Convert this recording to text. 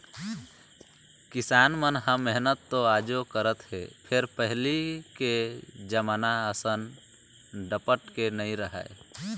किसान मन ह मेहनत तो आजो करत हे फेर पहिली के जमाना असन डपटके नइ राहय